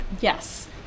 Yes